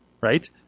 right